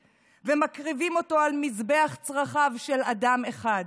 ומקריבים אותו על מזבח צרכיו של אדם אחד,